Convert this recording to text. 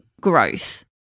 growth